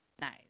Nice